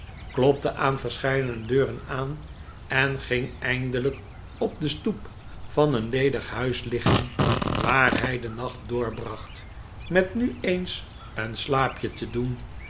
klopte aan verseheidene deuren aan en ging eindelijk op de stoep van een ledig huis liggen waar hij den hacht doorbracht met nu eens een slaapje te doen